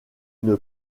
une